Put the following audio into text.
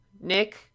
Nick